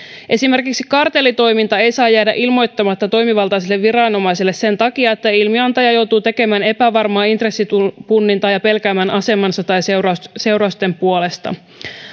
esimerkiksi kartellitoiminta ei saa jäädä ilmoittamatta toimivaltaiselle viranomaiselle sen takia että ilmiantaja joutuu tekemään epävarmaa intressipunnintaa ja pelkäämään asemansa tai seurausten seurausten puolesta